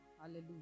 Hallelujah